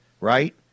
right